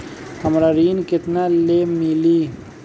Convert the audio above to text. हमरा ऋण केतना ले मिली?